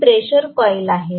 ही pressure coil आहे